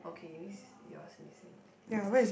okay that means yours missing